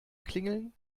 klingeln